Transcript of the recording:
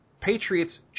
Patriots